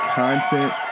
content